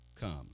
come